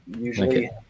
Usually